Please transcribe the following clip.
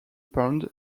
pond